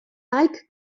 like